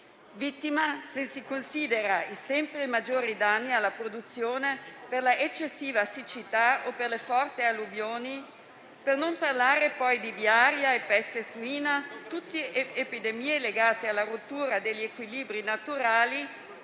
vittima se si considerano i sempre maggiori danni alla produzione per l'eccessiva siccità o le forte alluvioni, per non parlare - poi - di viaria e peste suina, tutte epidemie legate alla rottura degli equilibri naturali